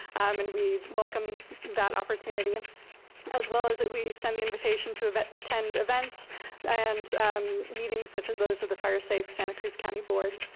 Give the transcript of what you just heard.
um and we welcome that opportunity as well as we extend the invitation to attend events and um meetings such as those of the firesafe santa cruz county board.